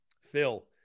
Phil